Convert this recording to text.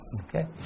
Okay